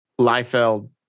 Liefeld